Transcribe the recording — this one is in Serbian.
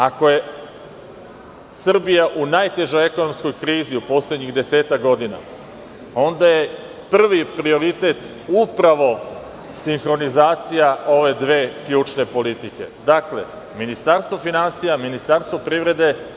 Ako je Srbija u najtežoj ekonomskoj krizi u poslednjih 10-ak godina, onda je prvi prioritet upravo sinhronizacija ove dve ključne politike, dakle, ministarstvo finansija, ministarstvo privrede.